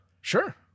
Sure